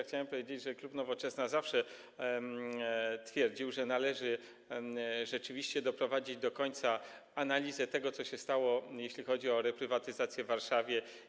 Chciałem powiedzieć, że klub Nowoczesna zawsze twierdził, że rzeczywiście należy doprowadzić do końca analizę tego, co się stało, jeśli chodzi o reprywatyzację w Warszawie.